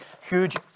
huge